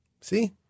See